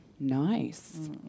nice